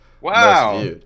Wow